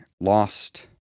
lost